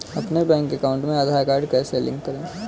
अपने bank account में Aadhaar card कैसे लिंक करें?